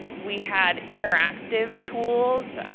we had interactive tools.